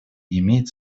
имеет